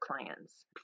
clients